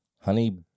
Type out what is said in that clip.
Honey